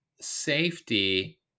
safety